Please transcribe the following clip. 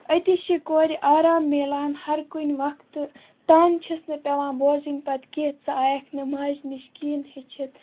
أتی چھِ کوٗرِ آرام میلان ہَرٕ کُنہِ وقتہٕ تانہٕ چھِس نہٕ پیٚوان بوزٕنۍ پَتہٕ کہِ ژٕ آیَکھ نہٕ ماجہِ نِش کِہیٖنۍ ہیٚچھِتھ